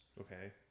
Okay